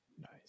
Nice